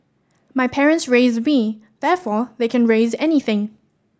my parents raised me therefore they can raise anything